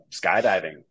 skydiving